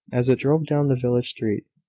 as it drove down the village street,